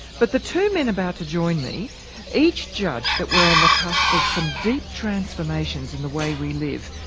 but the two men about to join me each judge that we're on the cusp of some deep transformations in the way we live,